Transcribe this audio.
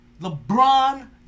LeBron